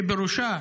שבראשה